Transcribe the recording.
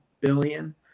billion